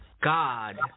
God